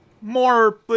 more